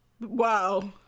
Wow